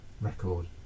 record